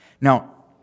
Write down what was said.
Now